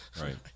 right